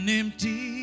empty